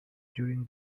during